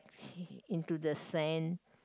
into the sand